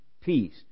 peace